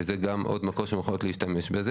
וזה גם עוד מקור שהן יכולות להשתמש בו.